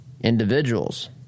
individuals